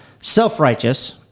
self-righteous